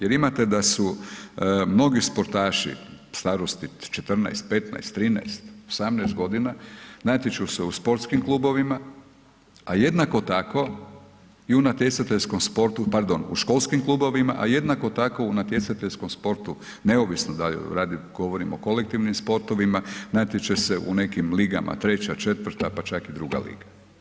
Jer imate da su mnogi sportaši starosti 14, 15, 13, 18 godina natječu se u sportskim klubovima a jednako tako i u natjecateljskom sportu, pardon u školskim klubovima a jednako tako u natjecateljskom sportu, neovisno da li govorimo o kolektivnim sportovima, natječe se u nekim ligama 3., 4. pa čak i 2. liga.